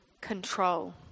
control